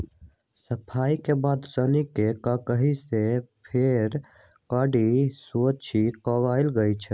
सफाई के बाद सन्न के ककहि से फेर कऽ सोझ कएल जाइ छइ